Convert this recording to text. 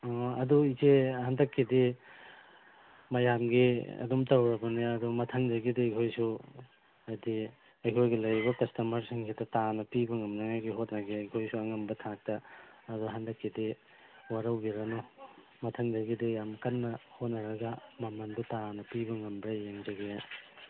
ꯑꯪ ꯑꯗꯨ ꯏꯆꯦ ꯍꯟꯗꯛꯀꯤꯗꯤ ꯃꯌꯥꯝꯒꯤ ꯑꯗꯨꯝ ꯇꯧꯔꯕꯅꯦ ꯑꯗꯨ ꯃꯊꯪꯗꯒꯤꯗꯤ ꯑꯩꯈꯣꯏꯁꯨ ꯍꯥꯏꯗꯤ ꯑꯩꯈꯣꯏꯒꯤ ꯂꯩꯔꯤꯕ ꯀꯁꯇꯃꯔꯁꯤꯡꯁꯤꯗ ꯇꯥꯅ ꯄꯤꯕ ꯉꯝꯅꯤꯡꯉꯥꯏꯒꯤ ꯍꯣꯠꯅꯒꯦ ꯑꯩꯈꯣꯏꯁꯨ ꯑꯉꯝꯕ ꯊꯥꯛꯇ ꯑꯗꯨ ꯍꯟꯗꯛꯀꯤꯗꯤ ꯋꯥꯔꯧꯕꯤꯔꯅꯨ ꯃꯊꯪꯗꯒꯤꯗꯤ ꯌꯥꯝꯅ ꯀꯟꯅ ꯍꯣꯠꯅꯔꯒ ꯃꯃꯟꯗꯨ ꯇꯥꯅ ꯄꯤꯕ ꯉꯝꯕ꯭ꯔꯥ ꯌꯦꯡꯖꯒꯦ